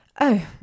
Oh